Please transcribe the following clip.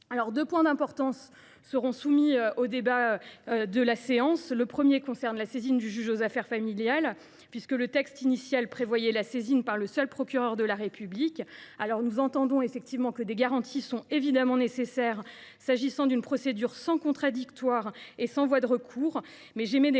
Deux points d’importance seront soumis au débat. Le premier concerne la saisine du juge aux affaires familiales. Le texte initial prévoyait la saisine par le seul procureur de la République. Si des garanties sont évidemment nécessaires s’agissant d’une procédure sans contradictoire et sans voie de recours,